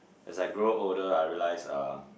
as I grow older I realise uh